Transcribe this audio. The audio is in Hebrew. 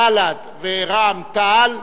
בל"ד ורע"ם-תע"ל,